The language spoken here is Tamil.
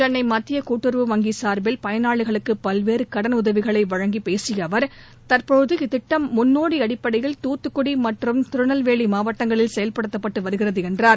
சென்னை மத்திய கூட்டுறவு வங்கி சார்பில் பயனாளிகளுக்கு பல்வேறு கடனுதவிகளை வழங்கி பேசிய அவர் தற்போது இத்திட்டம் முன்னோடி அடிப்படையில் தூத்துக்குடி மற்றும் திருநெல்வேலி மாவட்டங்களில் செயல்படுத்தப்பட்டு வருகிறது என்றார்